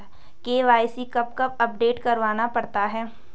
KYC कब कब update करवाना पड़ता है?